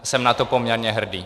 Jsem na to poměrně hrdý.